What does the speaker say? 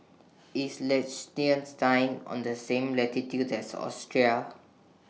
IS Liechtenstein on The same latitude as Austria